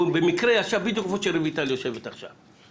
ובמקרה הוא ישב בדיוק איפה שרויטל יושבת עכשיו.